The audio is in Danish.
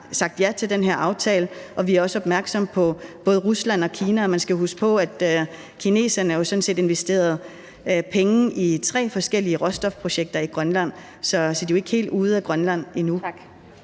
sagt ja til den her aftale, og vi er også opmærksomme på både Rusland og Kina. Man skal huske på, at kineserne jo sådan set har investeret penge i tre forskellige råstofprojekter i Grønland, så de er jo ikke helt ude af Grønland endnu.